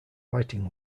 lighting